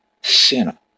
sinner